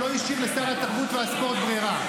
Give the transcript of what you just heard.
הוא לא השאיר לשר התרבות והספורט ברירה.